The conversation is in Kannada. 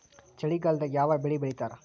ಚಳಿಗಾಲದಾಗ್ ಯಾವ್ ಬೆಳಿ ಬೆಳಿತಾರ?